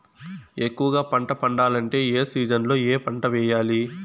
ఎక్కువగా పంట పండాలంటే ఏ సీజన్లలో ఏ పంట వేయాలి